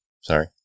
Sorry